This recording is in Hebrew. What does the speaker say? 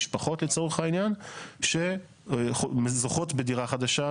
משפחות לצורך העניין שזוכות בדירה חדשה,